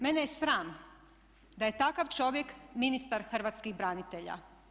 Mene je sram da je takav čovjek ministar hrvatskih branitelja.